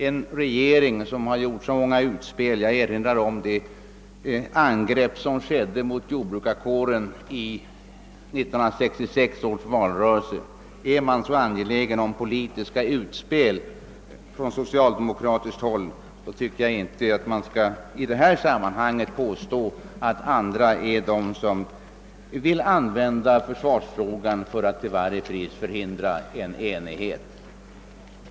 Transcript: En regering som har gjort så många politiska utspel som den socialdemokratiska — jag erinrar om det angrepp som riktades mot jordbrukarkåren i 1966 års valrörelse — skall inte i detta sammanhang påstå, att andra är de som vill använda försvarsfrågan för att till varje pris förhindra en enighet.